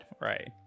right